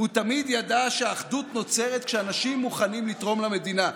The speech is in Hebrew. הוא תמיד ידע שאחדות נוצרת כשאנשים מוכנים לתרום למדינה.